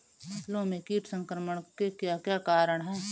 फसलों में कीट संक्रमण के क्या क्या कारण है?